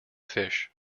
fish